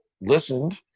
listened